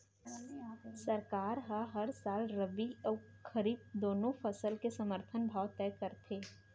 सरकार ह हर साल रबि अउ खरीफ दूनो फसल के समरथन भाव तय करथे